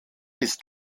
ist